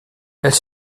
elle